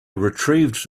retrieved